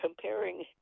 comparing